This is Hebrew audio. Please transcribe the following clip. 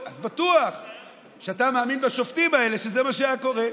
אז בטוח שאתה מאמין בשופטים האלה שזה מה שהיה קורה.